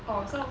orh so